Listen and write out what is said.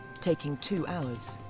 taking two hours.